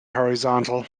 horizontal